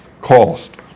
cost